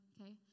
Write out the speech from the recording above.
okay